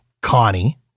Connie